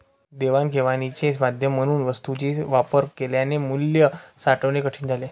देवाणघेवाणीचे माध्यम म्हणून वस्तूंचा वापर केल्याने मूल्य साठवणे कठीण झाले